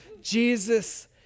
Jesus